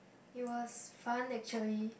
it was fun actually